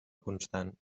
constant